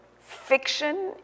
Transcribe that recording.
fiction